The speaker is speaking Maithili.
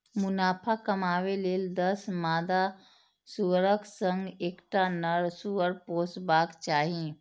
मुनाफा कमाबै लेल दस मादा सुअरक संग एकटा नर सुअर पोसबाक चाही